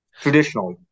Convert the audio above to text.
traditionally